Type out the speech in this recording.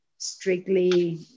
strictly